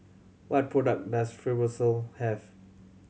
what product does Fibrosol have